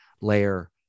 layer